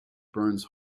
burns